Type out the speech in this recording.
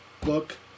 book